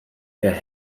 ihr